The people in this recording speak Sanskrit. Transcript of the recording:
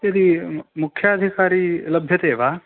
यदि मुख्याधिकारी लभ्यते वा